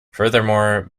furthermore